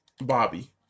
Bobby